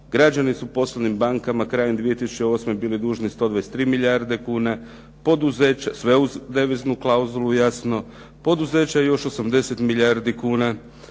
Građani su poslovnim bankama krajem 2008. bili dužni 123 milijarde kuna, poduzeća, sve uz deviznu klauzulu jasno, poduzeća još 80 milijardi kuna.